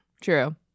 True